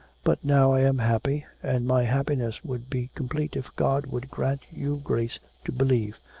but now i am happy, and my happiness would be complete if god would grant you grace to believe.